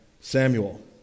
Samuel